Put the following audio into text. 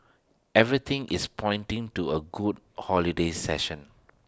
everything is pointing to A good holiday session